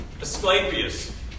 Asclepius